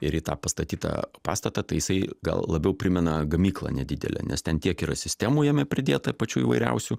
ir į tą pastatytą pastatą tai jisai gal labiau primena gamyklą nedidelę nes ten tiek yra sistemų jame pridėta pačių įvairiausių